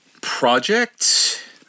Project